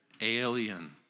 Alien